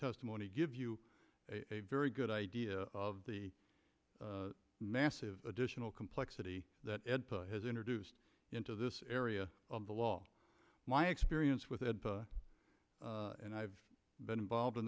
testimony give you a very good idea of the massive additional complexity that has introduced into this area of the law my experience with ed and i've been involved in